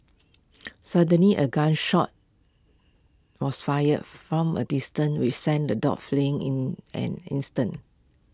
suddenly A gun shot was fired from A distance with sent the dogs fleeing in an instant